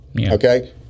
okay